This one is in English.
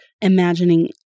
imagining